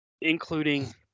including